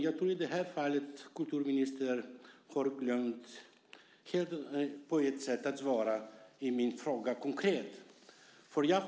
Jag tror att kulturministern i det här fallet på ett sätt har glömt att svara konkret på min fråga.